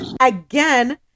Again